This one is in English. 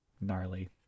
Gnarly